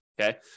Okay